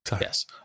Yes